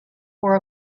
four